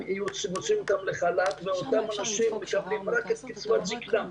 מוציאים אותם לחל"ת ואותם אנשים מקבלים רק קצבת זקנה,